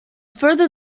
further